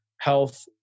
health